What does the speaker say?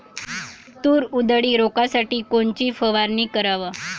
तूर उधळी रोखासाठी कोनची फवारनी कराव?